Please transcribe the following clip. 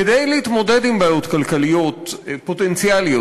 כדי להתמודד עם בעיות כלכליות פוטנציאליות,